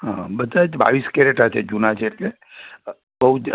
હં બધાં જ બાવીસ કેરેટનાં છે જૂના છે એટલે બહું જ